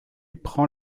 prend